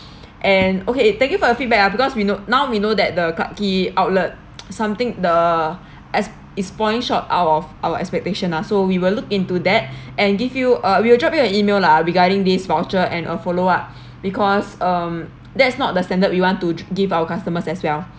and okay thank you for your feedback ah because we know now we know that the clarke quay outlet something the as is point short out of our expectation ah so we will look into that and give you uh we will drop you an E-mail lah regarding this voucher and a follow up because um that's not the standard we want to give our customers as well